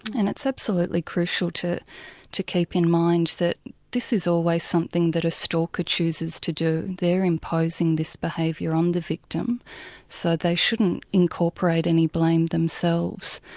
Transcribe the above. and it's absolutely crucial to to keep in mind that this is always something that a stalker chooses to do, they are imposing this behaviour on um the victim so they shouldn't incorporate any blame themselves.